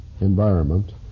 environment